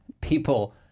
people